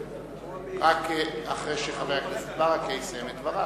רק אחרי שחבר הכנסת ברכה יסיים את דבריו,